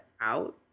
out